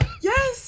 Yes